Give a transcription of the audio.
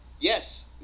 Yes